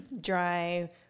Dry